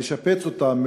מלשפץ אותם,